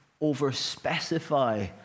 over-specify